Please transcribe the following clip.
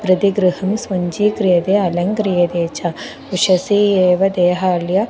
प्रतिगृहं सज्जीक्रियते अलङ्क्रियते च उशसी एव देहाल्य